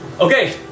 Okay